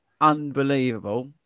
unbelievable